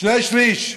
שני שלישים.